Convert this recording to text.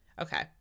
okay